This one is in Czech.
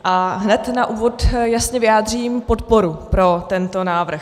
A hned na úvod jasně vyjádřím podporu pro tento návrh.